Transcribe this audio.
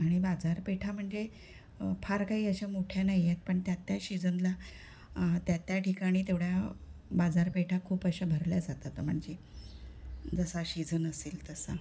आणि बाजारपेठा म्हणजे फार काही अशा मोठ्या नाही आहेत पण त्या त्या शिजनला त्या त्या ठिकाणी तेवढ्या बाजारपेठा खूप अशा भरल्या जातात म्हणजे जसा शिजन असेल तसा